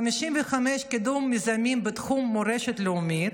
55, קידום מיזמים בתחום מורשת לאומית.